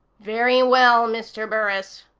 very well, mr. burris,